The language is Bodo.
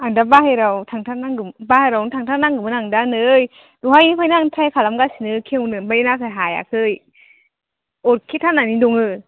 आं दा बाहेरायाव थांथारनांगौ बाहेरायावनो थांथार नांगौमोन आंदा नै दहायनिफ्रायनो आं ट्राइ खालामगासिनो खेवनो आमफ्राय नाथाय हायाखै अरके थारनानै दङो